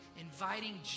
inviting